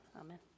Amen